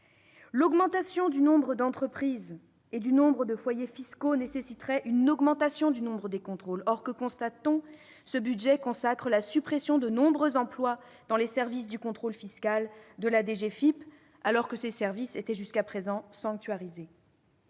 L'augmentation du nombre d'entreprises et de foyers fiscaux nécessiterait une augmentation du nombre des contrôles. Or que constate-t-on ? Ce budget consacre la suppression de nombreux emplois dans les services du contrôle fiscal de la DGFiP, qui étaient jusqu'à présent sanctuarisés.